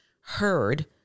heard